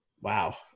wow